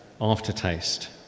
aftertaste